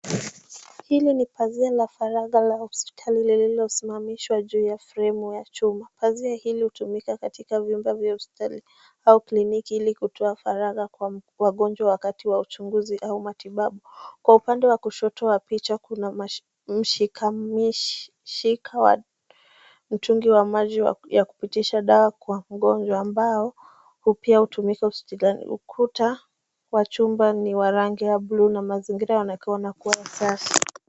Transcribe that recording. Hili ni pazia la faragha la hospitali lililosimamishwa juu ya fremu ya chuma. Pazia hili hutumika katika vyumba vya hospitali au kliniki ili kutoa faragha kwa wagonjwa wakati wa uchunguzi au matibabu. Kwa upande wa kushoto wa picha kuna mshikanishi umeshika mtungi wa maji ya kupitisha dawa kwa mgonjwa ambao pia hutumika hospitalini. Ukuta wa chumba ni wa rangi wa buluu na mazingira yanaonekana kuwa safi.